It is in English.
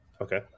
Okay